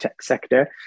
sector